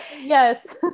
yes